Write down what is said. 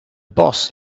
boss